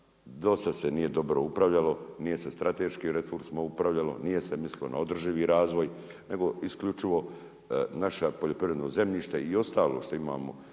do sada se nije dobro upravljalo, nije se strateškim resursima upravljalo, nije se mislilo na održivi razlog nego isključivo naše poljoprivredno zemljište i ostalo što imamo